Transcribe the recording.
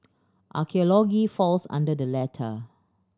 archaeology falls under the latter